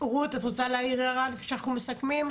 רות, את רוצה להעיר הערה, כשאנחנו מסכמים?